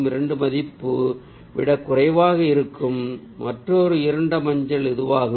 2 மதிப்பை விட குறைவாக இருக்கும் மற்றொரு இருண்ட மஞ்சள் இதுவாகும்